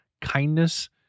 kindness